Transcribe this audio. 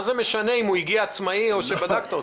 מה זה משנה אם הוא הגיע באופן עצמאי או שבדקת אותו?